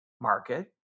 market